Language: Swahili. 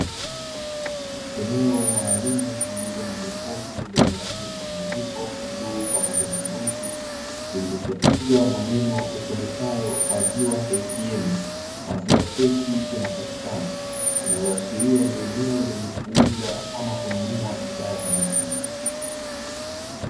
Eneo maalumu lililo na jokofu zenye rangi mchanganyiko bluu pamoja na nyeusi lililochapishwa maneno yasomekayo 'maziwa ATM', maziwa fresh yanapatikana .linaloashiria ni eneo lenye kuuza ama kununua bidhaa za maziwa .